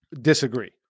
disagree